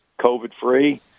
COVID-free